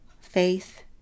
faith